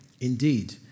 Indeed